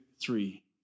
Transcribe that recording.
three